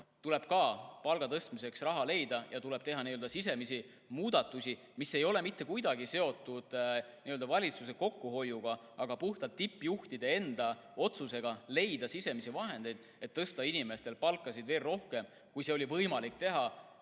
palga tõstmiseks tuleb raha leida ja tuleb teha sisemisi muudatusi, mis ei ole mitte kuidagi seotud nii-öelda valitsuse kokkuhoiuga, vaid puhtalt tippjuhtide enda otsusega leida sisemisi vahendeid, et tõsta inimeste palka veel rohkem, kui seda oli võimalik teha